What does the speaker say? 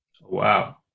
Wow